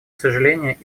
сожаления